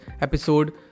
episode